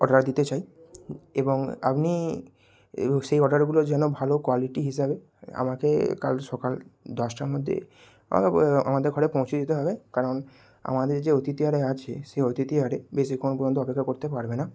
order দিতে চাই এবং আপনি এবং সেই অর্ডারগুলো যেন ভালো কোয়ালিটি হিসাবে আমাকে কাল সকাল দশটার মধ্যে আমাদের ঘরে পৌঁছে দিতে হবে কারণ আমাদের যে অতিথি আরে আছে সেই অতিথি আরে বেশিক্ষণ পর্যন্ত অপেক্ষা করতে পারবে না